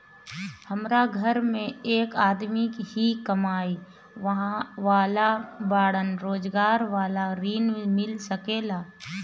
हमरा घर में एक आदमी ही कमाए वाला बाड़न रोजगार वाला ऋण मिल सके ला?